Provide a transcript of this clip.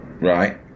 right